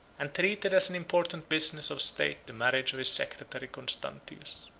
and treated as an important business of state the marriage of his secretary constantius.